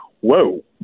Whoa